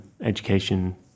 education